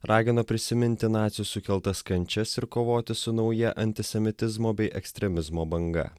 ragino prisiminti nacių sukeltas kančias ir kovoti su nauja antisemitizmo bei ekstremizmo banga